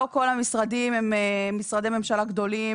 לא כל המשרדים הם משרדי ממשלה גדולים